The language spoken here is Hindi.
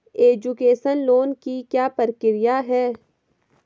एजुकेशन लोन की क्या प्रक्रिया है?